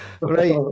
Right